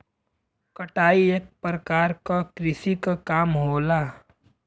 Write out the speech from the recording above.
कटाई एक परकार क कृषि क काम होला